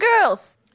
girls